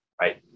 Right